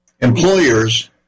employers